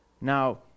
Now